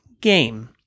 game